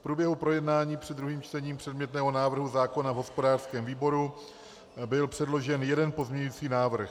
V průběhu projednání před druhým čtením předmětného návrhu zákona v hospodářském výboru byl předložen jeden pozměňující návrh.